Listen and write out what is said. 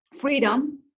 freedom